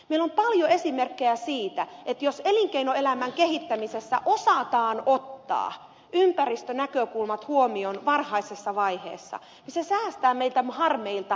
meillä on paljon esimerkkejä siitä että jos elinkeinoelämän kehittämisessä osataan ottaa ympäristönäkökulmat huomioon varhaisessa vaiheessa niin se säästää meitä harmeilta jälkikäteen